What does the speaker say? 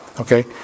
okay